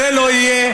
זה לא יהיה,